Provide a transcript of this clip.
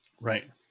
right